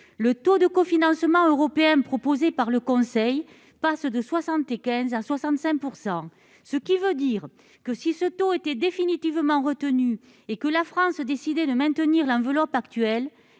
le taux de cofinancement européen proposé par le Conseil passe de 75 % à 65 %. Si ce taux était définitivement retenu et si la France décidait de maintenir l'enveloppe actuelle,